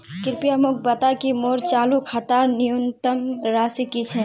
कृपया मोक बता कि मोर चालू खातार न्यूनतम राशि की छे